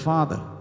Father